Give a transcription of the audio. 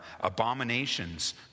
abominations